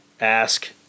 ask